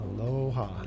Aloha